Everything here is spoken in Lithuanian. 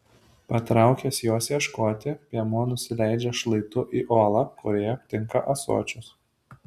patraukęs jos ieškoti piemuo nusileidžia šlaitu į olą kurioje aptinka ąsočius